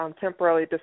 Temporarily